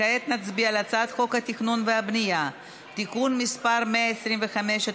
כעת נצביע על הצעת חוק התכנון והבנייה (תיקון מס' 125),